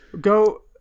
Go